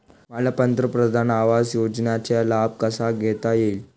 मला पंतप्रधान आवास योजनेचा लाभ कसा घेता येईल?